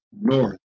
North